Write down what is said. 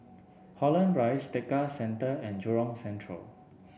Holland Rise Tekka Centre and Jurong Central